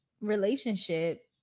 relationship